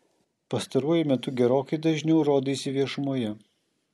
pastaruoju metu gerokai dažniau rodaisi viešumoje